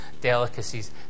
delicacies